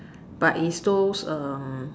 but it's those um